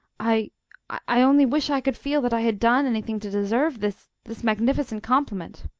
i i only wish i could feel that i had done anything to deserve this this magnificent compliment!